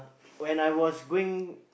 when I was going